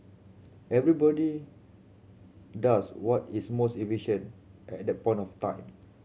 everybody does what is most efficient at that point of time